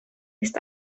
ist